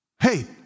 hey